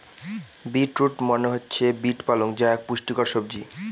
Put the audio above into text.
beet root মনে হচ্ছে beet পালং যা এক পুষ্টিকর সবজি